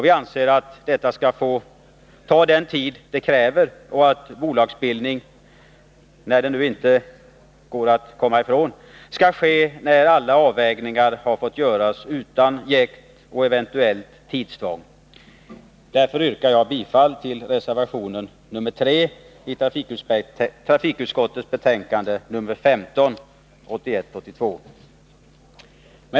Vi anser att det skall få ta den tid som krävs och att bolagsbildningen, när det nu inte går att komma ifrån den, skall komma till stånd sedan alla avvägningar har gjorts — utan jäkt och eventuellt tidstvång. Därför yrkar jag bifall till reservation 3 i trafikutskottets betänkande 1981/82:15.